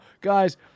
guys